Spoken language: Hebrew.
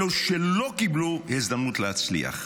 אלה שלא קיבלו הזדמנות להצליח.